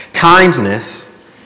kindness